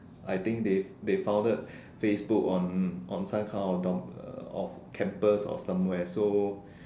I think they they founded Facebook on on some kind of dump of campus or somewhere so